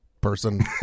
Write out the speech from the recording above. person